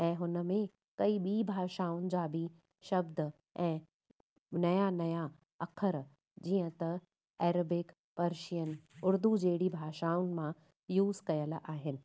ऐं हुन में कई ॿी भाषाउनि जा बि शब्द ऐं नया नया अख़र जीअं त ऐरोबिक परशियन उर्दू जहिड़ी भाषाउनि मां यूस कयल आहिनि